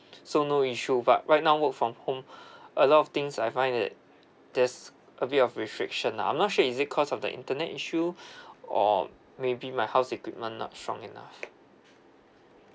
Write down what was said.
so no issue but right now work from home a lot of things I find that there's a bit of restriction nah I'm not sure is it cause of the internet issue or maybe my house equipment not strong enough